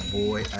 boy